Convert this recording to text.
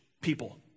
people